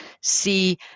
see